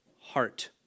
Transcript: heart